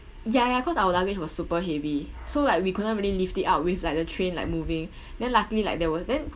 ya ya cause our luggage was super heavy so like we couldn't really lift it up with like the train like moving then luckily like there were then